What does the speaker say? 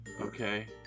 Okay